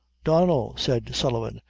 donnel, said sullivan,